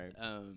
right